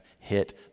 hit